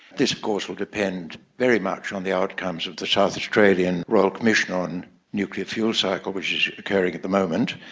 this of course will depend very much on the outcomes of the south australian royal commission on nuclear fuel cycle which is occurring at the moment,